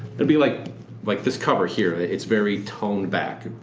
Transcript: it'd be like like this cover here, it's very toned back,